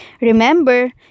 Remember